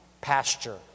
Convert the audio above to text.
pasture